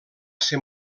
ser